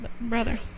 brother